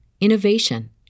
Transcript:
innovation